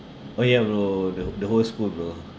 oh ya bro the the whole school bro